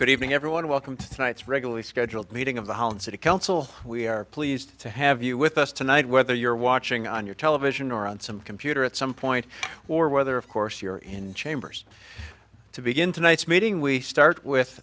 evening everyone welcome to the night's regularly scheduled meeting of the holland city council we are pleased to have you with us tonight whether you're watching on your television or on some computer at some point or whether of course you're in chambers to begin tonight's meeting we start